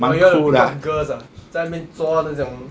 why you want to drop girls ah 在那边抓那种